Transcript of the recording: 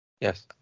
yes